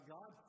God